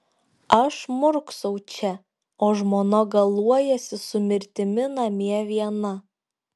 aš murksau čia o žmona galuojasi su mirtimi namie viena